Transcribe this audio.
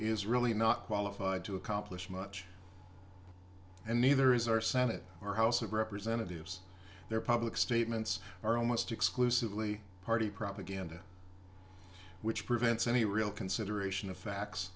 is really not qualified to accomplish much and neither is our senate or house of representatives their public statements are almost exclusively party propaganda which prevents any real consideration of facts